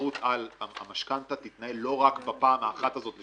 שהתחרות על המשכנתא לא תתנהל רק בפעם האחת הזו,